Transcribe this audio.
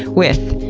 with,